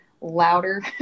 louder